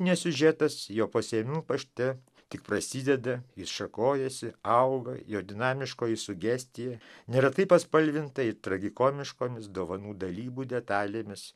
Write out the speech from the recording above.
ne siužetas jo pasiėmiau pašte tik prasideda jis šakojasi auga jo dinamiškoji sugestija neretai paspalvinta tragikomiškomis dovanų dalybų detalėmis